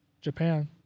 Japan